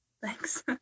Thanks